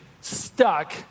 stuck